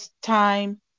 time